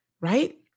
right